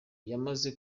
yamaze